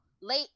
late